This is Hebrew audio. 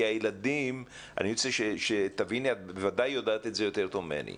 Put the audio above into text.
כי אני רוצה שתביני את בוודאי יודעת את זה הרבה יותר טוב ממני